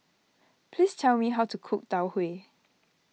please tell me how to cook Tau Huay